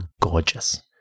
gorgeous